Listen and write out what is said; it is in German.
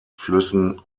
flüssen